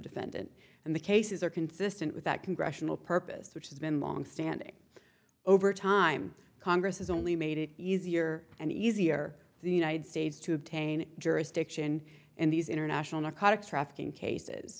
defendant and the cases are consistent with that congressional purpose which has been longstanding over time congress has only made it easier and easier for the united states to obtain jurisdiction and these international